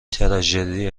تراژدی